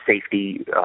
safety